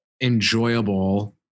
enjoyable